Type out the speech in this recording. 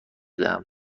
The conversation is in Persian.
دهم